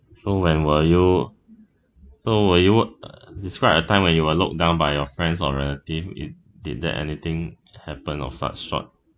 so when were you so were you looked uh describe a time when you were looked down by your friends or relatives it did that anything happen of such short